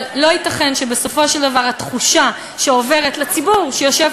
אבל לא ייתכן שבסופו של דבר התחושה שעוברת לציבור שיושב